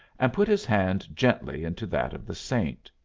and put his hand gently into that of the saint.